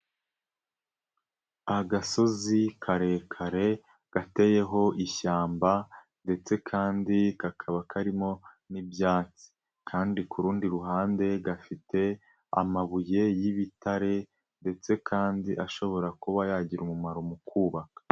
Agasozi karekare gateyeho ishyamba ndetse kandi kakaba karimo n'ibyatsi kandi kurundi ruhande gafite amabuye y'ibitare ndetse kandi ashobora kuba yagira umumaro mu kubaka.